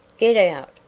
get out!